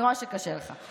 אני רואה שקשה לך.